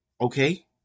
Okay